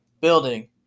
building